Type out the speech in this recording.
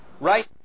right